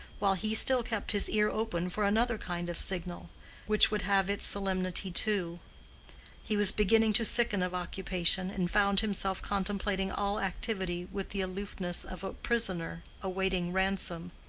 while he still kept his ear open for another kind of signal which would have its solemnity too he was beginning to sicken of occupation, and found himself contemplating all activity with the aloofness of a prisoner awaiting ransom.